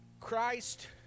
Christ